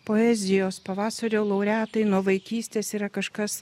poezijos pavasario laureatai nuo vaikystės yra kažkas